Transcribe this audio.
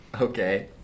okay